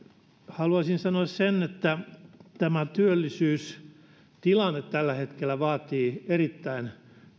haluaisin sanoa sen että tämä työllisyystilanne tällä hetkellä vaatii erittäin